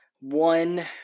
one